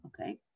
Okay